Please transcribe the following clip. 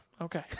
okay